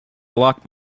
lock